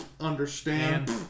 understand